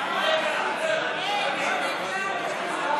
לא נקלט.